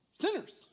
sinners